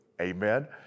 amen